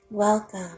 Welcome